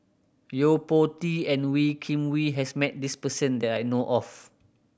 Yo Po Tee and Wee Kim Wee has met this person that I know of